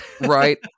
right